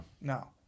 No